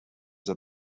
that